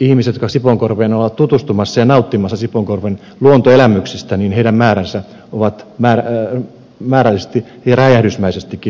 ihmisten jotka ovat sipoonkorpeen tutustumassa ja ovat nauttimassa sipoonkorven luontoelämyksistä määrä on räjähdysmäisestikin lisääntynyt